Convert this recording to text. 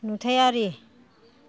नुथायारि